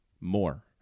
more